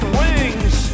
wings